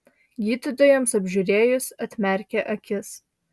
gydytojams apžiūrėjus atmerkė akis